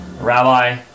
Rabbi